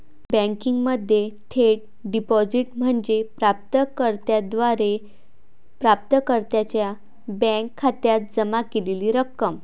बँकिंगमध्ये थेट डिपॉझिट म्हणजे प्राप्त कर्त्याद्वारे प्राप्तकर्त्याच्या बँक खात्यात जमा केलेली रक्कम